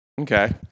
Okay